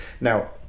Now